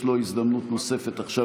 יש לו הזדמנות נוספת עכשיו,